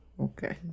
Okay